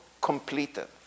completed